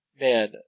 man